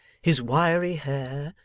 his wiry hair,